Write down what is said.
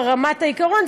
ברמת העיקרון,